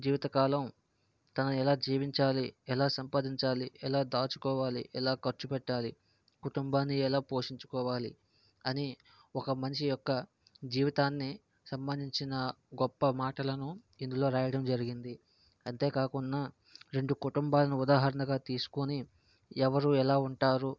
జీవితకాలం తాను ఎలా జీవించాలి ఎలా సంపాదించాలి ఎలా దాచుకోవాలి ఎలా ఖర్చు పెట్టాలి కుటుంబాన్ని ఎలా పోషించుకోవాలి అని ఒక మనిషి యొక్క జీవితాన్ని సంబంధించిన గొప్ప మాటలను ఇందులో రాయడం జరిగింది అంతేకాకుండా రెండు కుటుంబాలను ఉదాహరణగా తీసుకోని ఎవరు ఎలా ఉంటారు